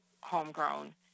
homegrown